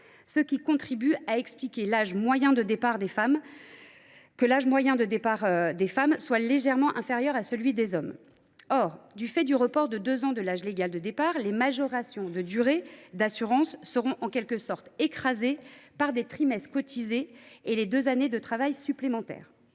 ce qui contribue à expliquer que l’âge moyen de départ à la retraite des femmes soit légèrement inférieur à celui des hommes. Or, du fait du report de deux ans de l’âge légal de départ à la retraite, les majorations de durée d’assurance seront en quelque sorte « écrasées » par des trimestres cotisés, et les deux années de travail supplémentaires